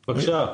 בבקשה.